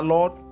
Lord